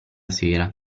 sera